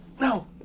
No